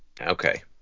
Okay